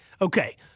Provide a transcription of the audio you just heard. Okay